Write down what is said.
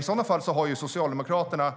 I så fall har Socialdemokraterna